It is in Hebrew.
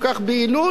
כל כך ביעילות,